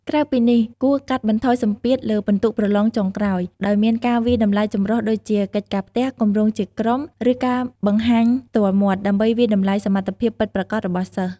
ក្រៅពីនេះ គួរកាត់បន្ថយសម្ពាធលើពិន្ទុប្រឡងចុងក្រោយ ដោយមានការវាយតម្លៃចម្រុះដូចជា កិច្ចការផ្ទះ គម្រោងជាក្រុម ឬការបង្ហាញផ្ទាល់មាត់ ដើម្បីវាយតម្លៃសមត្ថភាពពិតប្រាកដរបស់សិស្ស។